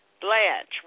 Blanche